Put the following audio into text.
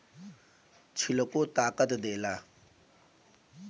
छिलको ताकत देला